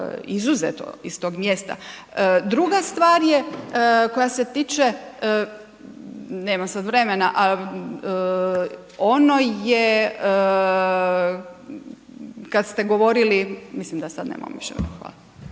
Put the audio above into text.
izuzet iz tog mjesta. Druga stvar je koja se tiče, nemam sad vremena, a ono je kad ste govorili, mislim da sad nemam više vremena.